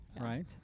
Right